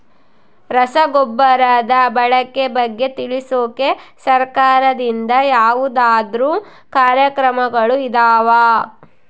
ರಸಗೊಬ್ಬರದ ಬಳಕೆ ಬಗ್ಗೆ ತಿಳಿಸೊಕೆ ಸರಕಾರದಿಂದ ಯಾವದಾದ್ರು ಕಾರ್ಯಕ್ರಮಗಳು ಇದಾವ?